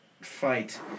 fight